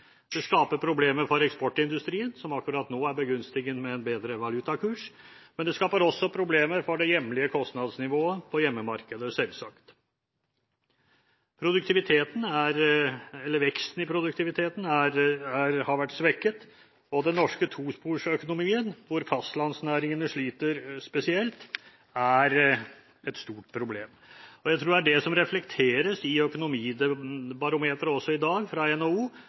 Det skaper problemer for eksportindustrien, som akkurat nå er begunstiget med en bedre valutakurs, men det skaper også problemer for det hjemlige kostnadsnivået og selvsagt for hjemmemarkedet. Veksten i produktiviteten er svekket, og den norske tosporsøkonomien, hvor fastlandsnæringene sliter spesielt, er et stort problem. Jeg tror det er det som reflekteres i NHOs økonomibarometer i dag,